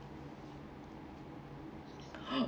!huh!